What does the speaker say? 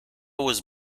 was